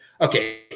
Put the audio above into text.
Okay